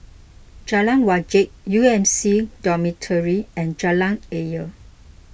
Jalan Wajek U M C Dormitory and Jalan Ayer